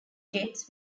jets